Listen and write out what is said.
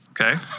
okay